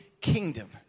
kingdom